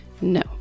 no